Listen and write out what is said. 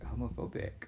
homophobic